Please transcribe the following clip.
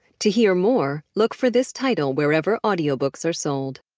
to hear more, look for this title wherever audio books are sold.